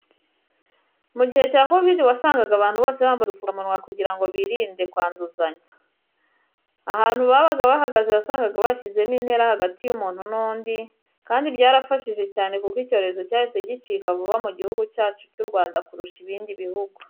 Mu gihe cya kovidi wasangaga abantu bose bambaye udupfukamunwa kugira ngo birinde kwanduzanya. Ahantu babaga bahagze wasanga bashyizemo intera hagati y'umungu n'undi kandio bayarafashije cyane kuko icyorezo cyahise gicika vuba mu gihugu cyacu cyu Rwanda kurusha ibindi bihugu.